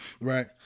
right